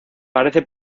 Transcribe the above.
parece